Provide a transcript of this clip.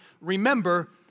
remember